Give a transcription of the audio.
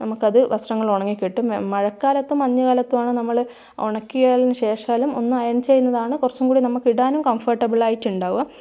നമുക്ക് അത് വസ്ത്രങ്ങൾ ഉണങ്ങി കിട്ടും മഴക്കാലത്തും മഞ്ഞു കാലത്തുമാണ് നമ്മൾ ഉണക്കിയാലും ശേഷം എല്ലാം ഒന്ന് അയൺ ചെയ്യുന്നതാണ് കുറച്ചു കൂടി നമുക്ക് ഇടാനും കംഫർട്ടബിളായിട്ട് ഉണ്ടാവുക